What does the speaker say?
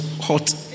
hot